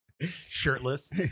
shirtless